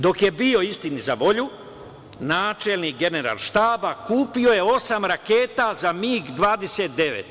Dok je bio, istini za volju, načelnik Generalštaba kupio je osam raketa za MIG 29.